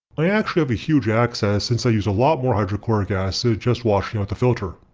i actually have a huge excess since i used a lot more hydrochloric acid just washing out the filter.